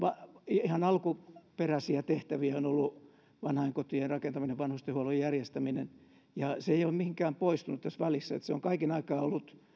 ihan alkuperäisiä tehtäviähän on ollut vanhainkotien rakentaminen vanhustenhuollon järjestäminen ja se ei ei ole mihinkään poistunut tässä välissä että tämä tasokkaan ja riittävän vanhustenhoivan järjestäminen on kaiken aikaa ollut